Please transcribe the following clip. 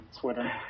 Twitter